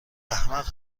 احمق